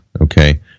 Okay